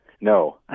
No